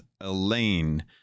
elaine